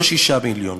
לא שישה מיליון,